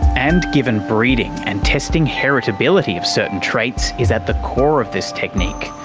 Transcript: and given breeding and testing heritability of certain traits is at the core of this technique,